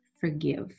forgive